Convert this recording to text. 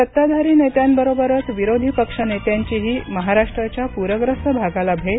सत्ताधारी नेत्यांबरोबरच विरोधी पक्ष नेत्यांचीही महाराष्ट्राच्या पूरग्रस्त भागाला भेट